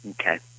Okay